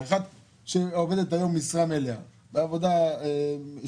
אחת שעובדת היום משרה מלאה בעבודה שוחקת,